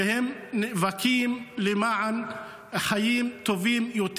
ונאבקים למען חיים טובים יותר,